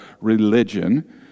religion